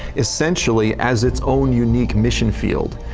essentially as its own unique mission field.